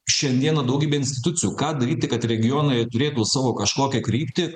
šiandieną daugybė institucijų ką daryti kad regionai turėtų savo kažkokią kryptį